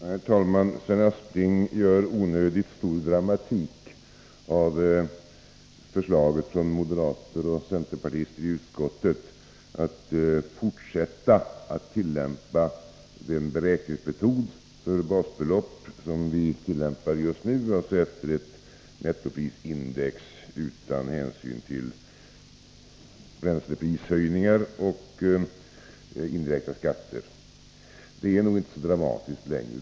Herr talman! Sven Aspling gör onödigt stor dramatik av förslaget från moderater och centerpartister i utskottet om att fortsätta tillämpa den beräkningsmetod för basbelopp som vi tillämpar just nu, dvs. efter ett nettoprisindex utan hänsyn till bränsleprishöjningar och inräknade skatter. Det är nog inte så dramatiskt längre.